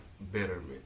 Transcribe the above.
betterment